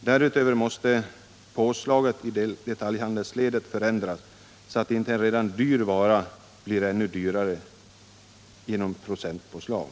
Därutöver måste påslaget i detaljhandelsledet förändras så att inte en redan dyr vara blir ännu dyrare genom procentpåslag.